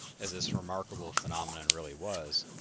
as this remarkable phenomenon really was,